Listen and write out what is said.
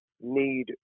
need